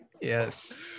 Yes